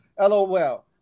LOL